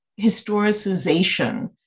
historicization